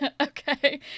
Okay